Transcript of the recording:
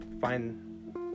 find